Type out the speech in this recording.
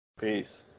Peace